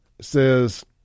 Says